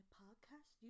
podcast